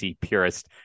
purist